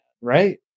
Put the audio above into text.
right